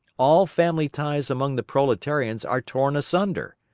all family ties among the proletarians are torn asunder,